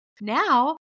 Now